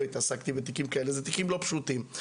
זה תיקים לא פשוטים.